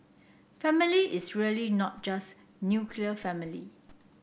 family is really not just nuclear family